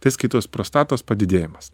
tai skaitos prostatos padidėjimas